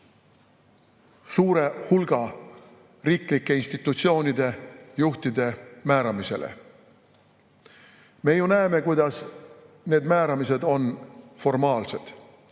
suure hulga riiklike institutsioonide juhtide määramisele. Me ju näeme, kuidas need määramised on formaalsed,